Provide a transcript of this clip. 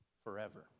forever